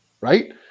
right